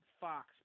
fox